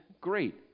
great